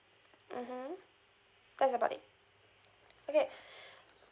mmhmm that's about it okay